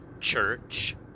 church